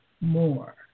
more